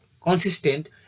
consistent